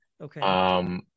Okay